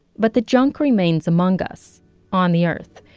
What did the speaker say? but the junk remains among us on the earth.